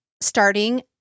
starting